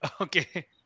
Okay